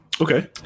Okay